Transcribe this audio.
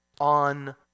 on